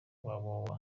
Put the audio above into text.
www